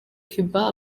cuba